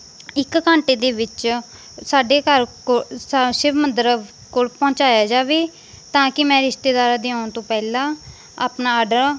ਇੱਕ ਘੰਟੇ ਦੇ ਵਿੱਚ ਸਾਡੇ ਘਰ ਕੋਲ ਸ਼ਿਵ ਮੰਦਿਰ ਕੋਲ ਪਹੁੰਚਾਇਆ ਜਾਵੇ ਤਾਂ ਕਿ ਮੈਂ ਰਿਸ਼ਤੇਦਾਰਾਂ ਦੇ ਆਉਣ ਤੋਂ ਪਹਿਲਾਂ ਆਪਣਾ ਆਰਡਰ